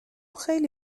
خیلی